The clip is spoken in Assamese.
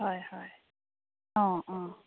হয় হয় অঁ অঁ